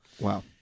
Wow